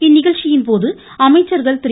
இந்நிகழ்ச்சியின்போது அமைச்சர்கள் திரு